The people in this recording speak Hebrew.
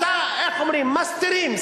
מסתירים,